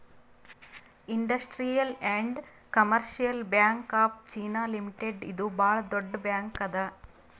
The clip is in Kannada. industrial and commercial bank of China limited ಇದು ಭಾಳ್ ದೊಡ್ಡ ಬ್ಯಾಂಕ್ ಅದಾ